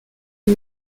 une